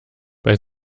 bei